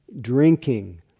drinking